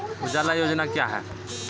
उजाला योजना क्या हैं?